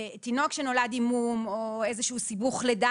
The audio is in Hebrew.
תינוק שנולד עם מום או איזה סיבוך לידה